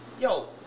yo